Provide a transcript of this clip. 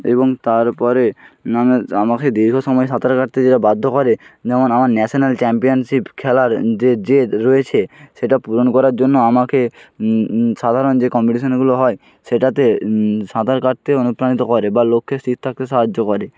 এবং তারপরে মানে আমাকে দীর্ঘ সময় সাঁতার কাটতে যেটা বাধ্য করে যেমন আমার ন্যাশানাল চ্যাম্পিয়নশিপ খেলার যে জেদ রয়েছে সেটা পূরণ করার জন্য আমাকে সাধারণ যে কম্পিটিশানগুলো হয় সেটাতে সাঁতার কাটতে অনুপ্রাণিত করে বা লক্ষ্যে স্থির থাকতে সাহায্য করে